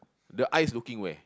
the eyes looking where